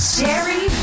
Sherry